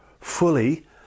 fully